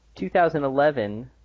2011